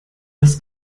das